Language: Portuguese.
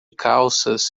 calças